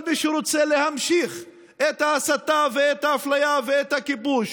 מי שרוצה להמשיך את ההסתה ואת האפליה ואת הכיבוש.